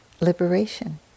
liberation